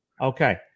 Okay